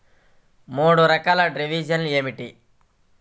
మూడు రకాల డ్రైనేజీలు ఏమిటి?